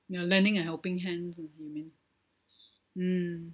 you're lending a helping hand you you mean mm